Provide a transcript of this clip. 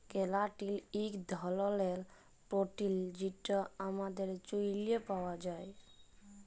ক্যারাটিল ইক ধরলের পোটিল যেট আমাদের চুইলে পাউয়া যায়